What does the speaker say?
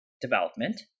development